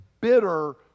bitter